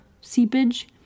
seepage